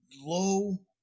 low